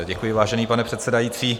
Děkuji, vážený pane předsedající.